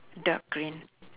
dark green